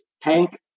tank